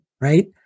right